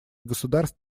государств